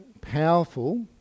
powerful